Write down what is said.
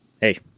hey